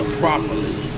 properly